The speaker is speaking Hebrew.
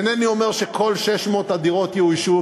אינני אומר שכל 600 הדירות יאוישו,